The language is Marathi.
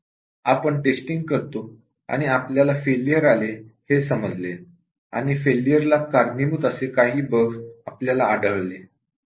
आपण टेस्टिंग करतो आणि आपल्याला फेलियर आले हे समजले आणि फेलियरला कारणीभूत असे काही बग्स आपल्याला आढळले